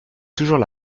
toujours